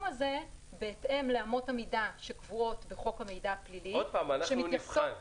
הזה בהתאם לאמות המידה שקבועות בחוק המידע הפלילי -- שוב "אנחנו נבחן".